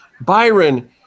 Byron